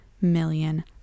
million